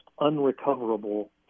unrecoverable